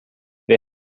wir